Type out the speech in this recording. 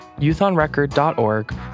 YouthOnRecord.org